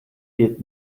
geht